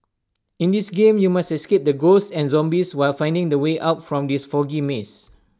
in this game you must escape ghosts and zombies while finding the way out from the foggy maze